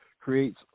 creates